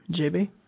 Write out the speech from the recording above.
JB